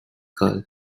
girl